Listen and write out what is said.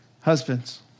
husbands